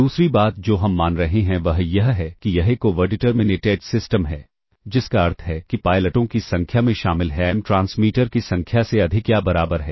दूसरी बात जो हम मान रहे हैं वह यह है कि यह एक ओवर डिटर्मिनेटेड सिस्टम है जिसका अर्थ है कि पायलटों की संख्या में शामिल है m ट्रांसमीटर की संख्या से अधिक या बराबर है